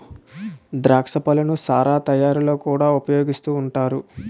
ద్రాక్ష పళ్ళను సారా తయారీలో కూడా ఉపయోగిస్తూ ఉంటారు